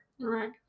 Right